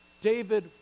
David